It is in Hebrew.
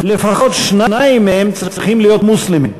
לפחות שניים מהם צריכים להיות מוסלמים.